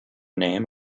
name